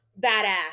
badass